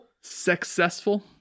successful